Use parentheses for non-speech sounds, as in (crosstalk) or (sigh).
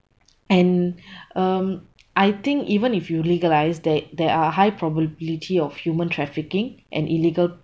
and (breath) um I think even if you legalise there there are high probability of human trafficking and illegal